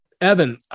Evan